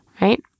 Right